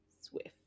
Swift